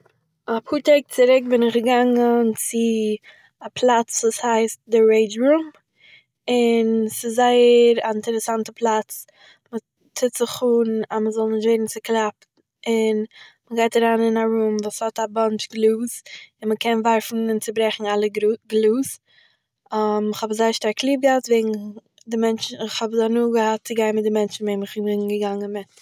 א פאר טאג צוריק בין איך געגאנגען צו א פלאץ וואס הייסט "די רעידזשרו" און ס'איז זייער א אינטערעסאנטע פלאץ וואס טוהט זיך אן אז מ'זאל נישט זעהן ס'קלאפט, און מ'גייט אריין אין א רום וואס האט א באנטש גלאז און מען קען ווארפן און צעברעכן אלע גר- גלאז, איך האב עס זייער שטארק ליב געהאט וועגן די מענטשן- איך האב זייער הנאה געהאט צו גיין מיט די מענטשן מיט וועמען איך בין געגאנגען מיט